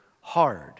hard